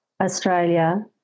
Australia